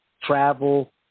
travel